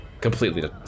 completely